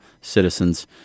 citizens